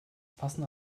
passende